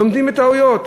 לומדים מטעויות.